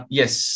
yes